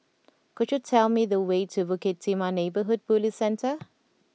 could you tell me the way to Bukit Timah Neighbourhood Police Centre